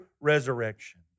resurrection